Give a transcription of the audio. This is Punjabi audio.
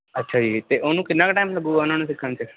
ਅੱਛਾ ਜੀ ਅਤੇ ਉਹਨੂੰ ਕਿੰਨਾ ਕੁ ਟਾਈਮ ਲੱਗੇਗਾ ਉਹਨਾਂ ਨੂੰ ਸਿੱਖਣ 'ਚ